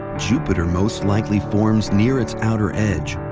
jupiter most-likely forms near its outer edge.